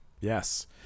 yes